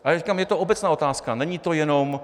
Ale říkám, je to obecná otázka, není to jenom...